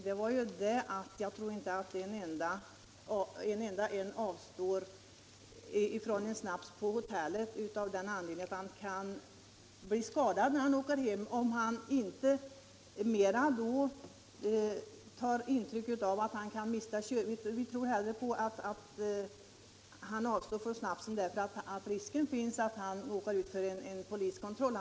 Det är nog inte en enda förare som avstår från en snaps på hotellet av den anledningen att han kan bli skadad när han åker hem. Han avstår snarare från snapsen därför att det finns risk för att han råkar ut för en poliskontroll.